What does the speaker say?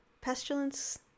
pestilence